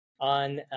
on